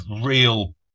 real